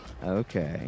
Okay